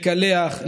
לקלח,